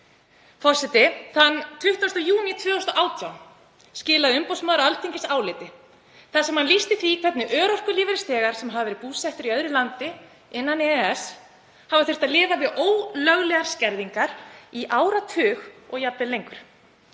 Forseti. Þann 20. júní 2018 skilaði umboðsmaður Alþingis áliti þar sem hann lýsti því hvernig örorkulífeyrisþegar sem hafa verið búsettir í öðru landi innan EES hafa þurft að lifa við ólöglegar skerðingar í áratug og jafnvel lengur.